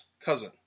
cousin